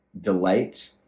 delight